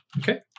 okay